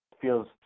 feels